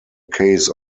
case